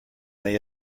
they